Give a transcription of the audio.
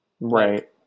Right